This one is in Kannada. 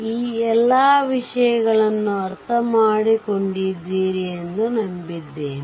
ಈ ಎಲ್ಲ ವಿಷಯಗಳನ್ನು ಅರ್ಥಮಾಡಿಕೊಂಡಿದ್ದೀರಿ ಎಂದು ನಂಬಿದ್ದೇನೆ